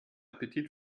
appetit